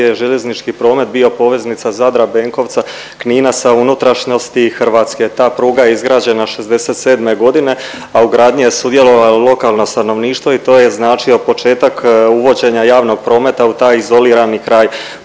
je željeznički promet bio poveznica Zadra, Benkovca, Knina sa unutrašnjosti Hrvatske. Ta pruga je izgrađena '67.g., a u gradnji je sudjelovalo stanovništvo i to je značio početak uvođenja javnog prometa u taj izolirani kraj.